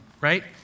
right